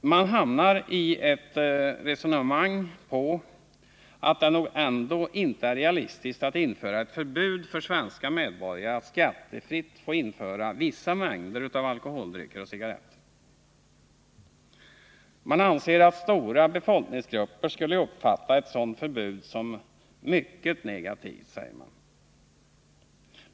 Man hamnar i ett resonemang om att det nog ändå inte är realistiskt att införa ett förbud för svenska medborgare att skattefritt få införa vissa mängder av alkoholdrycker och cigaretter. Man anser att stora befolkningsgrupper skulle uppfatta ett sådant förbud som mycket negativt.